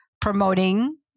Promoting